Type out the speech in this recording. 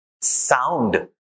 sound